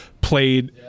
played